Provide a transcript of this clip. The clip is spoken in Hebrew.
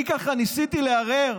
אני ככה ניסיתי להרהר